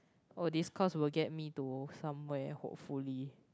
oh this course will get me to somewhere hopefully